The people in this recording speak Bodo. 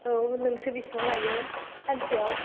औ नोंसो बेसेबां लायो सानसेयाव